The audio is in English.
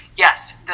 Yes